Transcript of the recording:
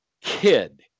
kid